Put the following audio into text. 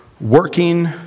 working